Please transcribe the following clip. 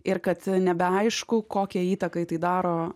ir kad nebeaišku kokią įtakai tai daro